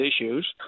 issues